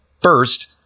First